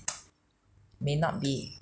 may not be